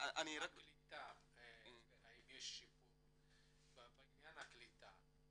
לקליטה בטבריה, האם יש שיפור בעניין הקליטה?